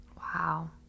Wow